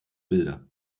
bilder